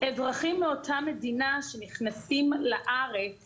אזרחים מאותה מדינה שנכנסים לארץ